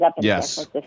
Yes